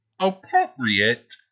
appropriate